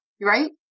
right